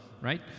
right